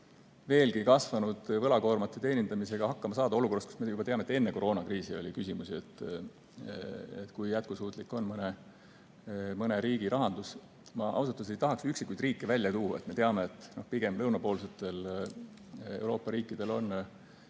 veelgi kasvanud võlakoorma teenindamisega hakkama saada olukorras, kus me teame, et juba enne koroonakriisi oli küsimus, kui jätkusuutlik on mõne riigi rahandus. Ma ei tahaks üksikuid riike välja tuua. Me teame, et pigem lõunapoolsetel Euroopa riikidel on